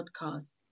podcast